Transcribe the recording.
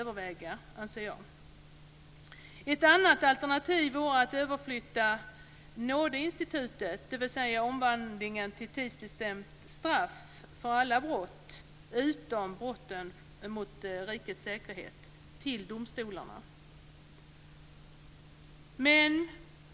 Ett annat alternativ vore att överflytta nådeinstitutet, dvs. omvandlingen till tidsbestämt straff, för alla brott utom brott mot rikets säkerhet till domstolarna.